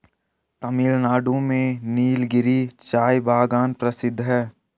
तमिलनाडु में नीलगिरी चाय बागान प्रसिद्ध है